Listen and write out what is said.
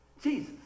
Jesus